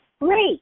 Great